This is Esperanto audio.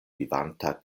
vivanta